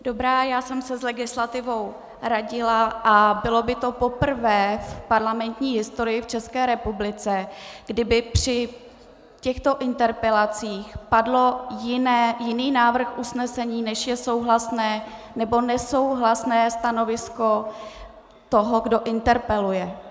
Dobrá, já jsem se s legislativou radila a bylo by to poprvé v parlamentní historii v České republice, kdy by při těchto interpelacích padl jiný návrh usnesení, než je souhlasné nebo nesouhlasné stanovisko toho, kdo interpeluje.